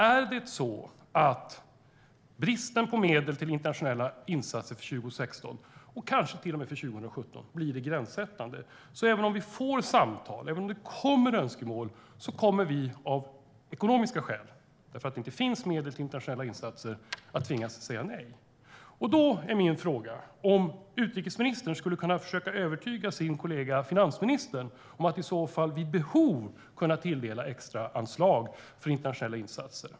Är det så att bristen på medel till internationella insatser för 2016, och kanske till och med för 2017, blir gränssättande? Även om det kommer samtal och önskemål kommer Sverige av ekonomiska skäl, eftersom det inte finns medel till internationella insatser, att tvingas säga nej. Kan utrikesministern försöka övertyga sin kollega finansministern om att vid behov tilldela extraanslag för internationella insatser?